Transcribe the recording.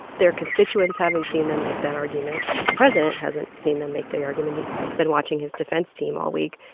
their constituents haven't seen them make that argument. the president hasn't seen them make the argument. he's been watching his defense team all week.